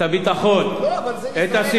את הביטחון,